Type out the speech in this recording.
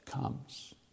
comes